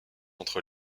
entre